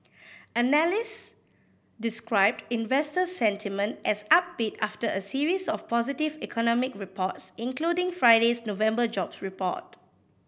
analyst described investor sentiment as upbeat after a series of positive economic reports including Friday's November jobs report